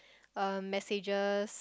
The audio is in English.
uh messages